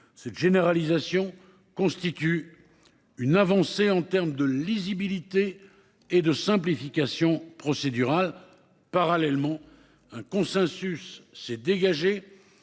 Cette généralisation constitue. Une avancée en terme de lisibilité et de simplification procédurale. Parallèlement, un consensus s'est dégagé